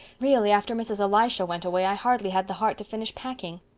really, after mrs. elisha went away i hardly had the heart to finish packing.